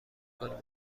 کنیم